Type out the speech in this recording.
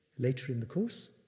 later in the course,